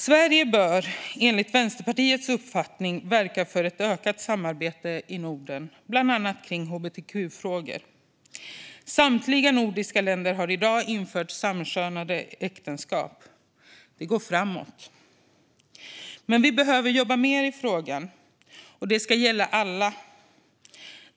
Sverige bör enligt Vänsterpartiets uppfattning verka för ett ökat samarbete i Norden, bland annat kring hbtq-frågor. Samtliga nordiska länder har i dag infört samkönade äktenskap. Det går framåt. Men vi behöver jobba mer i frågan, och det ska gälla alla.